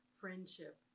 friendship